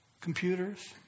computers